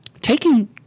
taking